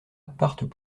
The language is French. partent